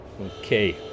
Okay